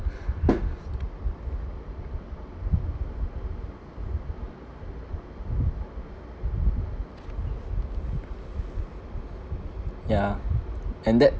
yeah and that